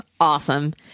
awesome